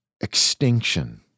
extinction